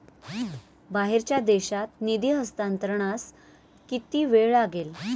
बाहेरच्या देशात निधी हस्तांतरणास किती वेळ लागेल?